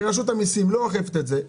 רשות המסים לא אוכפת את זה,